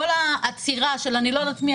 כל העצירה אני לא יודעת מי,